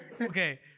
Okay